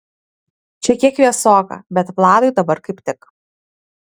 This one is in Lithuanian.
čia kiek vėsoka bet vladui dabar kaip tik